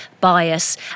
bias